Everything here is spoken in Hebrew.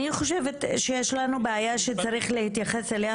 אני חושבת שיש לנו בעיה שצריך להתייחס אליה